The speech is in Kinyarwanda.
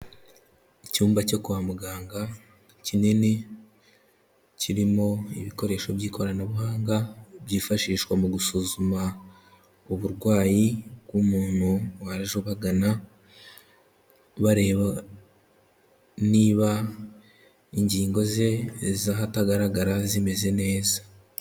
Icyumba cyo kwa muganga kinini kirimo ibikoresho by'ikoranabuhanga byifashishwa mu gusuzuma uburwayi bw'umuntu waje ubagana, bareba niba ingingo ze z'ahatagaragara zimeze neza.